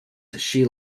she